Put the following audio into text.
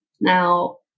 Now